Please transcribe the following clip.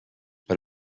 per